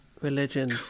religion